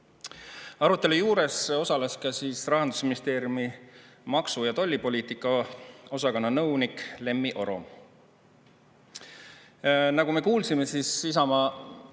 Arutelu juures osales ka Rahandusministeeriumi maksu‑ ja tollipoliitika osakonna nõunik Lemmi Oro. Nagu me kuulsime, Isamaa